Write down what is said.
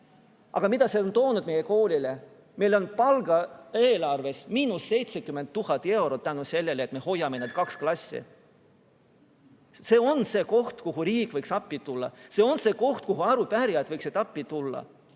Aga mida see on toonud kaasa meie koolile? Meil on palgaeelarves 70 000 eurot miinust tänu sellele, et me hoiame neid kahte klassi. See on see koht, kus riik võiks appi tulla, see on see koht, kus arupärijad võiksid appi tulla,